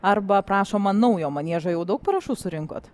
arba prašoma naujo maniežo jau daug parašų surinkot